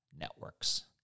networks